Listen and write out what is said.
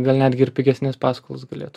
gal netgi pigesnes paskolas galėtų